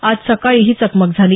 आज सकाळी ही चकमक झाली